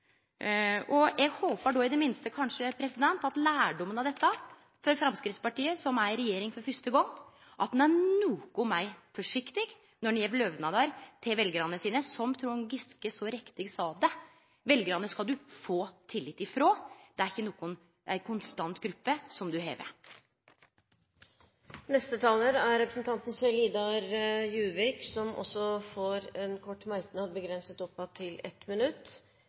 Eg håpar i det minste at lærdommen av dette for Framstegspartiet, som er i regjering for fyrste gong, er at ein er noko meir forsiktig når ein gjev lovnader til veljarane sine. Som Trond Giske så riktig sa det: Veljarane skal du få tillit frå – det er ikkje ei konstant gruppe som du har. Representanten Kjell-Idar Juvik har hatt ordet to ganger tidligere og får ordet til en kort merknad, begrenset til 1 minutt.